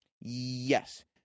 Yes